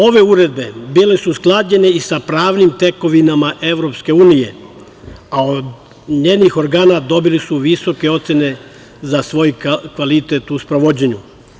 Ove uredbe bile su usklađene i sa pravnim tekovinama Evropske unije, a od njenih organa dobili su visoke ocene za svoj kvalitet u sprovođenju.